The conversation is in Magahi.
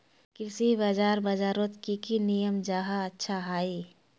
कृषि बाजार बजारोत की की नियम जाहा अच्छा हाई?